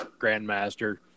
Grandmaster